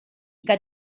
que